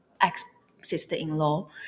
ex-sister-in-law